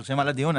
נרשמה לדיון.